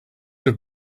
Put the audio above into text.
have